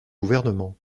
gouvernement